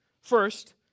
First